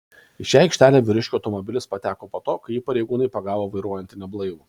į šią aikštelę vyriškio automobilis pateko po to kai jį pareigūnai pagavo vairuojantį neblaivų